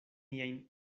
niajn